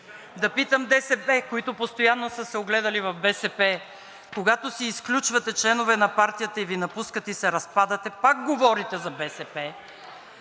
Да питам ДБ, които са се огледали в БСП: когато си изключвате членове на партията и Ви напускат, и се разпадате, пак говорите за БСП?